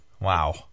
Wow